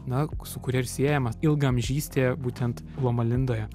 na su kuria ir siejama ilgaamžystė būtent loma lindoje